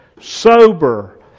sober